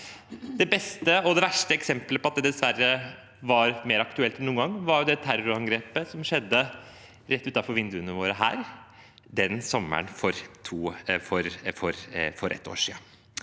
Det beste og verste eksempelet på at det dessverre var mer aktuelt enn noen gang, var det terrorangrepet som skjedde rett utenfor vinduene våre her, sommeren for et år siden.